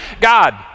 God